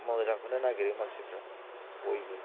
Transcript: मोजांखौनो नागिरो मानसिफ्रा बयबो